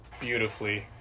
beautifully